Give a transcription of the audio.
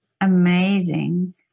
Amazing